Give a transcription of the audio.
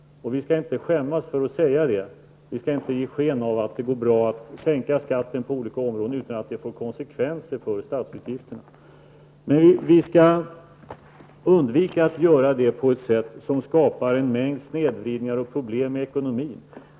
Vi skall inte skämmas för att säga det. Vi skall inte ge sken av att det går bra att sänka skatten på olika områden utan att det får konsekvenser för statsutgifterna. Vi skall dock undvika att göra det på ett sätt som skapar en mängd snedvridningar och problem i ekonomin.